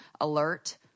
alert